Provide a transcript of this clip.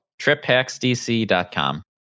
Triphacksdc.com